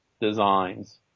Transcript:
designs